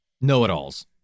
know-it-alls